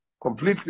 completely